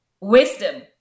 Wisdom